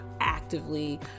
Actively